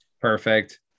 Perfect